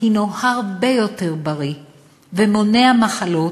הנו הרבה יותר בריא ומונע מחלות,